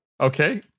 Okay